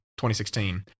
2016